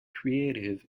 creative